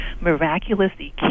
miraculously